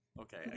okay